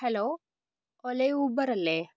hello ഒലെ ഊബറല്ലേ